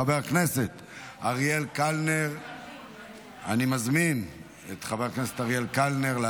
אושרה בקריאה הטרומית ותעבור גם היא לוועדת העבודה והרווחה